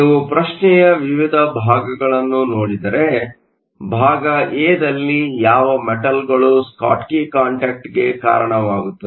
ನೀವು ಪ್ರಶ್ನೆಯ ವಿವಿಧ ಭಾಗಗಳನ್ನು ನೋಡಿದರೆ ಭಾಗ ಎ ದಲ್ಲಿ ಯಾವ ಮೆಟಲ್ಗಳು ಸ್ಕಾಟ್ಕಿ ಕಾಂಟ್ಯಾಕ್ಟ್ಗೆ ಕಾರಣವಾಗುತ್ತದೆ